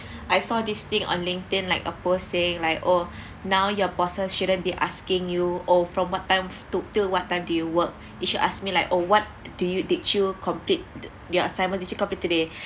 I saw this thing on LinkedIn like a poor saying like oh now your bosses shouldn't be asking you oh from what times took till what time do you work you should ask me like oh what do you did you complete your assignment did you complete today